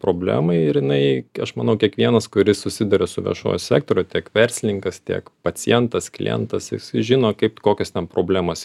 problemai ir jinai aš manau kiekvienas kuris susiduria su viešuoju sektoriu tiek verslininkas tiek pacientas klientas jisai žino kaip kokios ten problemos